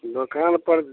दुकान पर